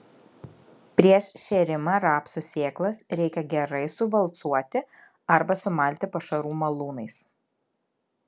prieš šėrimą rapsų sėklas reikia gerai suvalcuoti arba sumalti pašarų malūnais